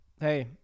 Hey